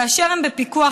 כאשר הם בפיקוח,